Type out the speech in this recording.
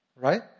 right